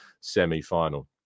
semi-final